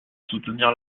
soutenir